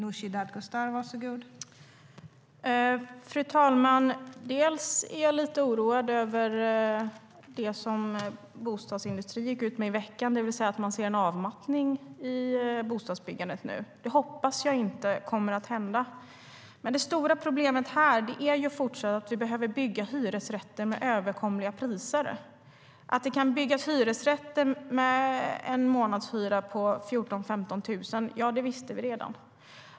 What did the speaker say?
Fru talman! Jag är lite oroad över det som bostadsindustrin gick ut med i veckan: att man nu ser en avmattning i bostadsbyggandet. Det hoppas jag inte stämmer. Men det stora problemet handlar ju fortsatt om att vi behöver bygga hyresrätter med överkomliga hyror. Att det kan byggas hyresrätter med en månadshyra på 14 000-15 000 visste vi redan.